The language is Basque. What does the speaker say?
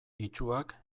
itsuak